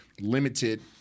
limited